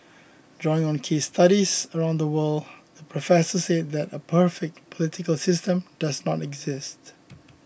drawing on case studies around the world the professor said that a perfect political system does not exist